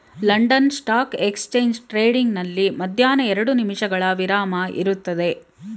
London stock exchange trading ನಲ್ಲಿ ಮಧ್ಯಾಹ್ನ ಎರಡು ನಿಮಿಷಗಳ ವಿರಾಮ ಇರುತ್ತದೆ